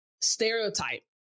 stereotype